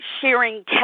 sharing